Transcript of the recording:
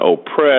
oppressed